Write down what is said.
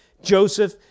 Joseph